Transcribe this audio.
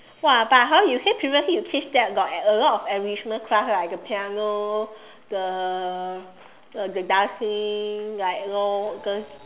!wah! but hor you say previously you teach there got a lot of enrichment class right the piano the the dancing like you know those